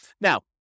Now